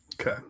Okay